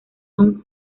sung